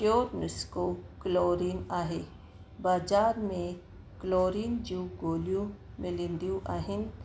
टियों नुस्खो क्लोरीन बाज़ारि में क्लोरीन जूं गोरियूं मिलंदियूं आहिनि